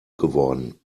geworden